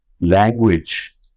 language